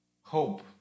hope